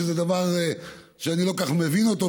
שזה דבר שאני לא כל כך מבין אותו,